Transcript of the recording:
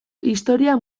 historia